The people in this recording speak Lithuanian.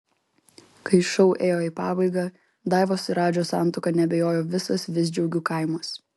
kai šou ėjo į pabaigą daivos ir radžio santuoka neabejojo visas visdžiaugų kaimas